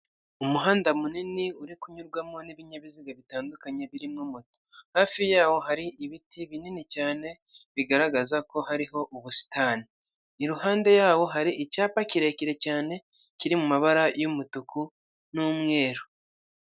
Umuhanda munini uri kunyurwamo n'ibinyabiziga bitandukanye birimo moto, hafi yaho hari ibiti binini cyane bigaragaza ko hariho ubusitani, iruhande yawo hari icyapa kirekire cyane kiri mu mabara y'umutuku n'umweru.